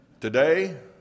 today